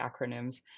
acronyms